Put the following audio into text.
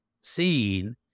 seen